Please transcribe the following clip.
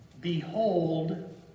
behold